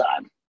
time